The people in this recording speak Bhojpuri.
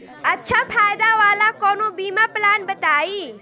अच्छा फायदा वाला कवनो बीमा पलान बताईं?